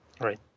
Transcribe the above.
Right